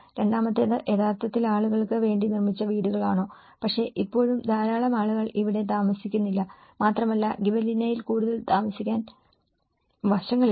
രണ്ടാമത്തേത് യഥാർത്ഥത്തിൽ ആളുകൾക്ക് വേണ്ടി നിർമ്മിച്ച വീടുകളാണോ പക്ഷേ ഇപ്പോഴും ധാരാളം ആളുകൾ ഇവിടെ താമസിക്കുന്നില്ല മാത്രമല്ല ഗിബെലിനയിൽ കൂടുതൽ സാമൂഹിക വശങ്ങളില്ല